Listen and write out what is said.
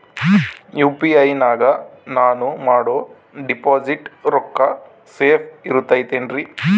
UPI ನಾಗ ನಾನು ಮಾಡೋ ಡಿಪಾಸಿಟ್ ರೊಕ್ಕ ಸೇಫ್ ಇರುತೈತೇನ್ರಿ?